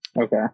okay